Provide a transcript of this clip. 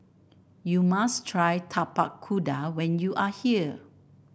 you must try Tapak Kuda when you are here